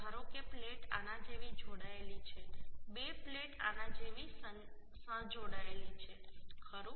ધારો કે પ્લેટ આના જેવી જોડાયેલી છે બે પ્લેટ આના જેવી સં જોડાયેલી છે ખરું